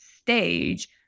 stage